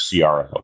CRO